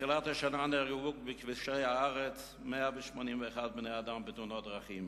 מתחילת השנה נהרגו בכבישי הארץ 181 בני-אדם בתאונות דרכים.